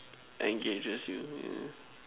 engages you yeah